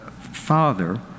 father